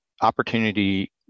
opportunity